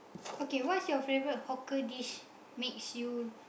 okay what's your favourite hawker dish makes you